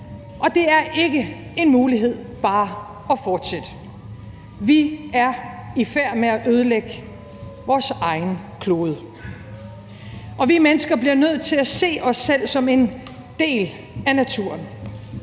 Og det er ikke en mulighed bare at fortsætte. Vi er i færd med at ødelægge vores egen klode. Og vi mennesker bliver nødt til at se os selv som en del af naturen: